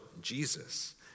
Jesus